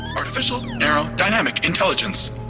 artificial narrow dynamic intelligence.